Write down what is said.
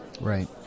right